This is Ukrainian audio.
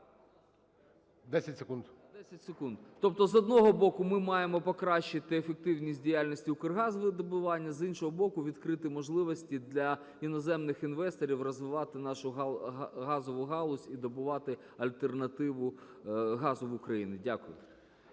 10 секунд. Тобто, з одного боку, ми маємо покращити ефективність діяльності "Укргазвидобування", з іншого боку, відкрити можливості для іноземних інвесторів розвивати нашу газову галузь і добувати альтернативу газу в Україну. Дякую.